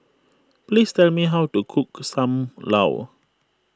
please tell me how to cook Sam Lau